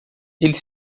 ele